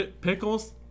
Pickles